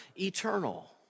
eternal